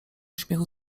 śmiechu